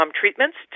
treatments